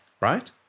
right